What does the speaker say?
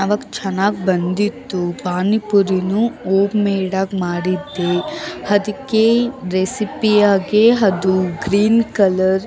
ಆವಾಗ ಚೆನ್ನಾಗಿ ಬಂದಿತ್ತು ಪಾನಿಪುರಿನೂ ಓಮ್ಮೇಡಾಗಿ ಮಾಡಿದ್ದೆ ಅದಕ್ಕೆ ರೆಸಿಪಿಯಾಗ ಅದು ಗ್ರೀನ್ ಕಲರ್